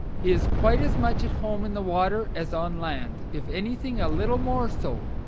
he is quite as much at home in the water as on land, if anything a little more so.